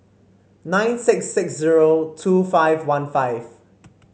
nine six six zero two five one five